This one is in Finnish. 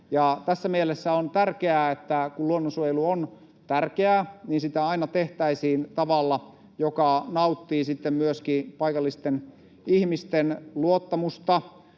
tässä mielessä on tärkeää, kun luonnonsuojelu on tärkeää, että sitä aina tehtäisiin tavalla, joka nauttii sitten myöskin paikallisten ihmisten luottamusta,